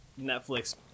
Netflix